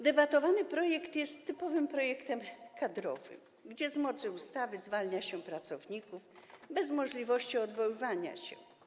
Debatowany projekt jest typowym projektem kadrowym, gdzie z mocy ustawy zwalnia się pracowników bez możliwości odwołania się.